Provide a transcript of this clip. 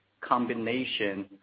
combination